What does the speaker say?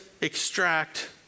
extract